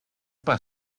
pas